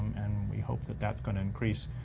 we hope that that's gonna increase,